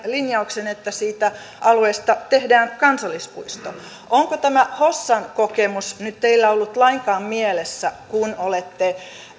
linjauksen että siitä alueesta tehdään kansallispuisto onko tämä hossan kokemus nyt teillä ollut lainkaan mielessä kun olette